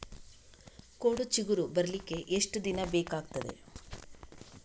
ಕೋಡು ಚಿಗುರು ಬರ್ಲಿಕ್ಕೆ ಎಷ್ಟು ದಿನ ಬೇಕಗ್ತಾದೆ?